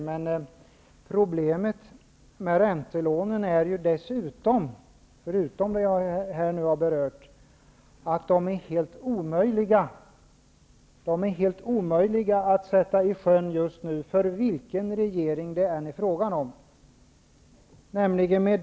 Men problemet med räntelånen är ju, förutom vad jag här har berört, att de är helt omöjliga att sätta i sjön just nu, oavsett regering.